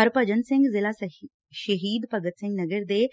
ਹਰਭਜਨ ਸਿੰਘ ਜ਼ਿਲ੍ਹਾ ਸ਼ਹੀਦ ਭਗਤ ਸਿੰਘ ਨਗਰ ਦੇ